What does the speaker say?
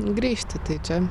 grįžti tai čia